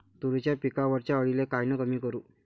तुरीच्या पिकावरच्या अळीले कायनं कमी करू?